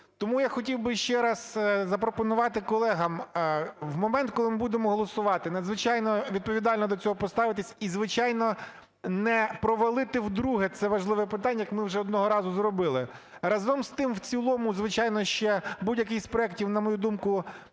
Тому я хотів би ще раз запропонувати колегам. В момент, коли ми будемо голосувати, надзвичайно відповідально до цього поставитись. І, звичайно, не провалити вдруге це важливе питання, як ми вже одного разу зробили. Разом з тим, в цілому, звичайно, ще будь-який з проектів, на мою думку,